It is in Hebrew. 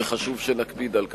וחשוב שנקפיד על כך.